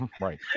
right